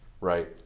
Right